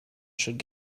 should